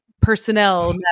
personnel